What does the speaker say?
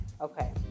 Okay